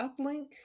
uplink